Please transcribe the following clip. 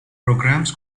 programs